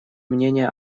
мнение